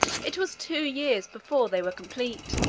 it was two years before they were complete.